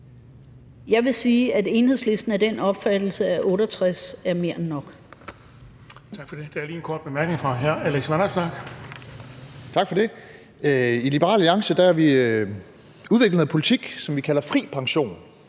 Jeg vil sige, at Enhedslisten er af den opfattelse, at 68 år er mere end nok.